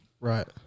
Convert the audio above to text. Right